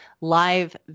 live